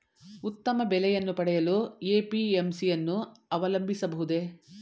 ಉತ್ತಮ ಬೆಲೆಯನ್ನು ಪಡೆಯಲು ಎ.ಪಿ.ಎಂ.ಸಿ ಯನ್ನು ಅವಲಂಬಿಸಬಹುದೇ?